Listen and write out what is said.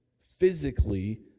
physically